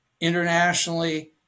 internationally